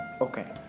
Okay